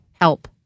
help